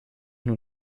nun